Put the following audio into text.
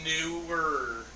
newer